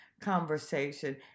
conversation